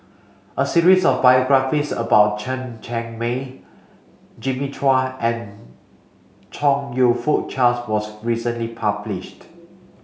a series of biographies about Chen Cheng Mei Jimmy Chua and Chong You Fook Charles was recently published